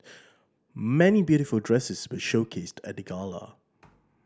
many beautiful dresses were showcased at the gala